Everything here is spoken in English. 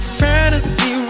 fantasy